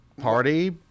party